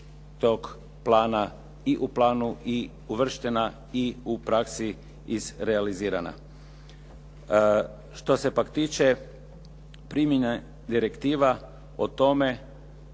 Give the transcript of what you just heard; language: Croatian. tog plana i u planu i uvrštena i u praksi izrealizirana. Što se pak tiče primjene direktiva o tome